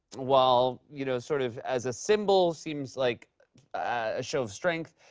while, you know, sort of as a symbol, seems like a show of strength,